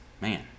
man